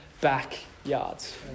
backyards